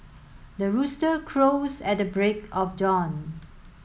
the rooster crows at the break of dawn